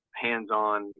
hands-on